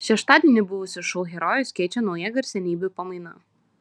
šeštadienį buvusius šou herojus keičia nauja garsenybių pamaina